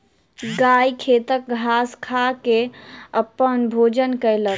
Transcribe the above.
गाय खेतक घास खा के अपन भोजन कयलक